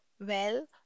Well